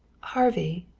harvey,